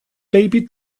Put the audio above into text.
baby